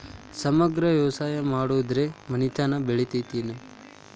ಸಮಗ್ರ ವ್ಯವಸಾಯ ಮಾಡುದ್ರಿಂದ ಮನಿತನ ಬೇಳಿತೈತೇನು?